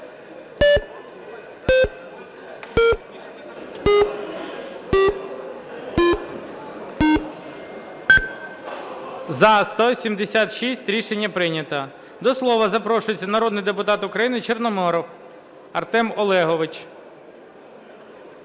За-176 Рішення прийнято. До слова запрошується народний депутат України Чорноморов Артем Олегович.